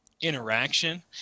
interaction